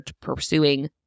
pursuing